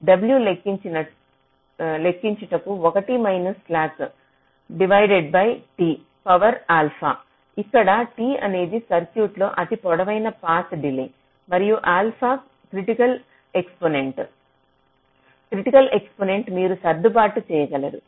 w లెక్కించుటకు 1 minus slack divided by T power alpha ఇక్కడ T అనేది సర్క్యూట్లో అతి పొడవైన పాత్ డిలే మరియు alpha critical exponent criticality exponent మీరు సర్దుబాటు చేయగలరు